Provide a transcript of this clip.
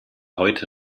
heute